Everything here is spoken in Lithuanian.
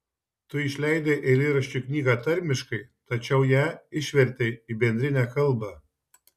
tu išleidai eilėraščių knygą tarmiškai tačiau ją išvertei į bendrinę kalbą